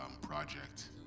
project